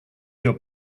your